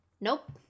Nope